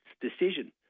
decision